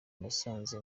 nasanze